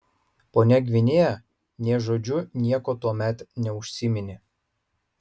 ponia gvinėja nė žodžiu nieko tuomet neužsiminė